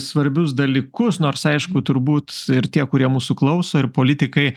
svarbius dalykus nors aišku turbūt ir tie kurie mūsų klauso ir politikai